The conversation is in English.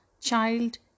child